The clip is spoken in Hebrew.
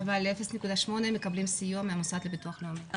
אבל ה-0.8% מקבלים סיוע מהמוסד לביטוח לאומי.